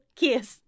kiss